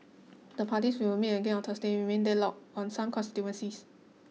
the parties which will meet again on Thursday remain deadlocked on some constituencies